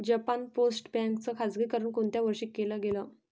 Japan post bank च खाजगीकरण कोणत्या वर्षी केलं गेलं?